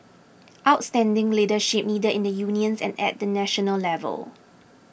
outstanding leadership needed in the unions and at the national level